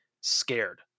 scared